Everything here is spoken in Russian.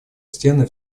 стены